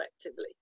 effectively